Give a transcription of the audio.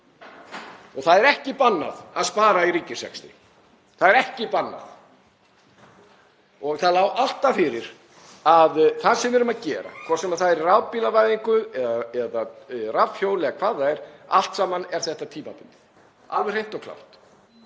Það er ekki bannað að spara í ríkisrekstri, það er ekki bannað. Það lá alltaf fyrir að það sem við erum að gera, hvort sem það er rafbílavæðing eða rafhjól eða hvað það er, er allt saman tímabundið. Það er alveg hreint og klárt.